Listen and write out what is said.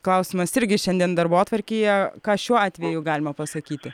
klausimas irgi šiandien darbotvarkėje ką šiuo atveju galima pasakyti